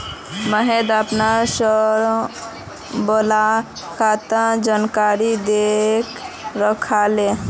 महेंद्र अपनार सबला खातार जानकारी दखे रखयाले